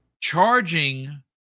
Charging